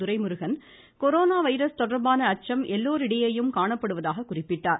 Duraimurugan corona virus தொடர்பான அச்சம் எல்லோரிடையேயும் காணப்படுவதாக குறிப்பிட்டார்